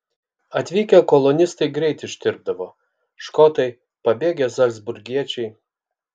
atvykę kolonistai greit ištirpdavo škotai pabėgę zalcburgiečiai